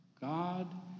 God